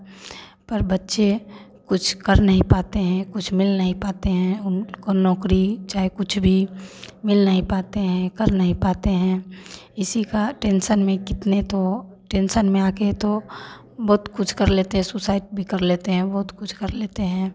पर बच्चे कुछ कर नहीं पाते हैं कुछ मिल नहीं पाते हैं उनको नौकरी चाहे कुछ भी मिल नहीं पाते हैं कर नहीं पाते हैं इसी का टेंसन में कितने तो टेंसन में आ कर तो बहुत कुछ कर लेते है सुसाइड भी कर लेते हैं बहुत कुछ कर लेते हैं